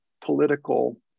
political